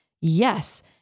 Yes